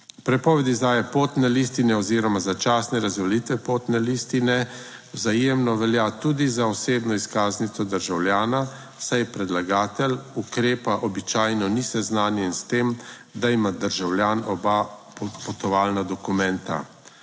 Prepoved izdaje potne listine oziroma začasne razveljavitve potne listine vzajemno velja tudi za osebno izkaznico državljana, saj predlagatelj ukrepa običajno ni seznanjen s tem, da ima državljan oba potovalna dokumenta.